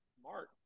smart